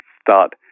start